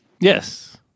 Yes